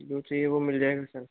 जो चाहिए वो मिल जाएगा सर